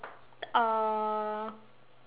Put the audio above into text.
uh